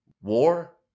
war